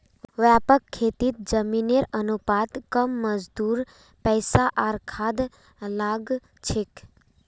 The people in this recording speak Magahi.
व्यापक खेतीत जमीनेर अनुपात कम मजदूर पैसा आर खाद लाग छेक